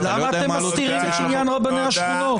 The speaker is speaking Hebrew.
למה אתם מסתירים את עניין רבני השכונות?